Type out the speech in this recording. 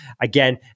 again